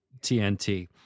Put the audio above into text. TNT